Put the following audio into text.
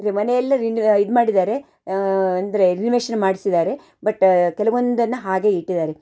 ಮನೆಯೆಲ್ಲ ರಿನ್ ಇದು ಮಾಡಿದ್ದಾರೆ ಅಂದರೆ ರಿನ್ವೇಷನ್ ಮಾಡ್ಸಿದ್ದಾರೆ ಬಟ್ ಕೆಲವೊಂದನ್ನ ಹಾಗೇ ಇಟ್ಟಿದ್ದಾರೆ